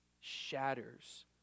shatters